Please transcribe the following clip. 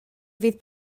fydd